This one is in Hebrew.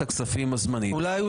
הליכוד